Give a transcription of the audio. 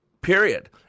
period